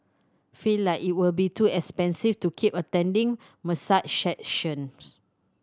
feel like it will be too expensive to keep attending massage sessions